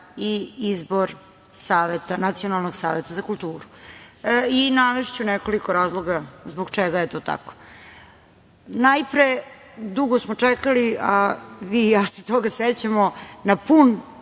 i izbor Nacionalnog saveta za kulturu. Navešću nekoliko razloga zbog čega je to tako. Najpre, dugo smo čekali, a vi i ja se toga sećamo, na pun